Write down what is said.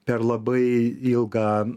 per labai ilgą